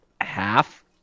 half